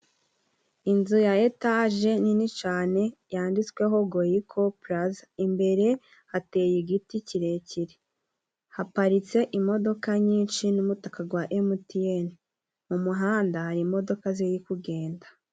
Inzu ya Etaje nini cyane yanditsweho Goyiko pulaza, imbere hateye igiti kirekire haparitse imodoka nyinshi n'umutaka gwa Emutiyeni, mu muhanda hari imodoka ziri kugenda.